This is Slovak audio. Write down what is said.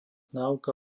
náuka